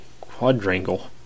Quadrangle